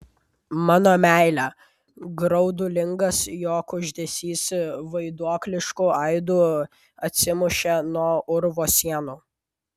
mano meile graudulingas jo kuždesys vaiduoklišku aidu atsimušė nuo urvo sienų